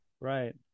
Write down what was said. right